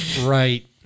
right